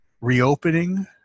reopening